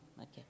okay